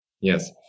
Yes